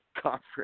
conference